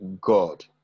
God